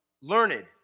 learned